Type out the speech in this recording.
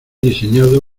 diseñado